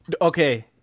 okay